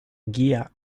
guía